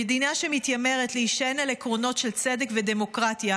במדינה שמתיימרת להישען על עקרונות של צדק ודמוקרטיה